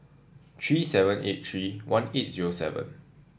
three seven eight three one eight zero seven